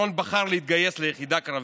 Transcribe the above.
אורון בחר להתגייס ליחידה קרבית.